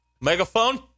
Megaphone